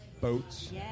boats